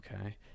Okay